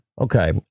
okay